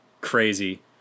crazy